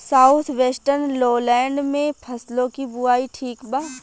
South western lowland में फसलों की बुवाई ठीक बा?